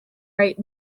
right